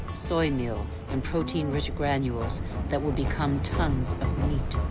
soy meal and protein-rich granules that will become tons of meat.